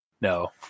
No